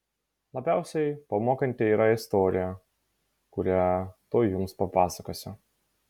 labiausiai pamokanti yra istorija kurią tuoj jums papasakosiu